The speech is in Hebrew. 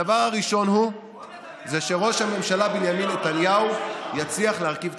הדבר הראשון הוא שראש הממשלה בנימין נתניהו יצליח להרכיב את